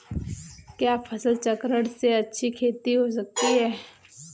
क्या फसल चक्रण से अच्छी खेती हो सकती है?